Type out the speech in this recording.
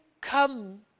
come